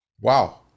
wow